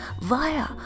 via